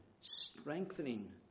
strengthening